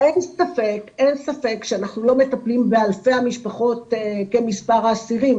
אין ספק שאנחנו לא מטפלים באלפי המשפחות כמס' האסירים,